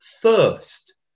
first